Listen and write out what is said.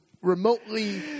Remotely